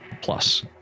Plus